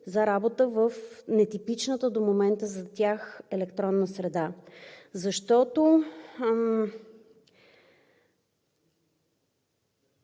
за работа в нетипичната до момента за тях електронна среда, защото